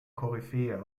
koryphäe